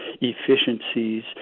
efficiencies